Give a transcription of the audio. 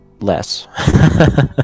less